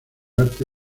arte